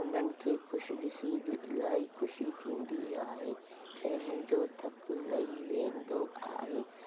उन्हनि खे ख़ुशि ॾिसी बि इलाही ख़ुशी थींदी आहे ऐं मुंहिंजो थक लही वेंदो आहे